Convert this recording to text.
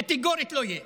קטגורית לא יהיה.